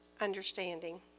understanding